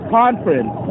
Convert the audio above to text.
conference